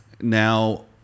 Now